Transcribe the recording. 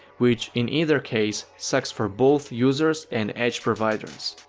which in either case, sucks for both users and edge providers.